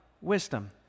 wisdom